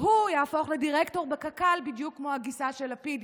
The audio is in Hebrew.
הוא יהפוך לדירקטור בקק"ל בדיוק כמו הגיסה של לפיד,